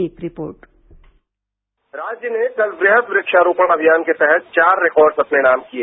एक रिपोर्ट राज्य ने कल वृहद वृक्षारोपण अभियान के तहत चार रिक ॉर्ड अपने नाम किए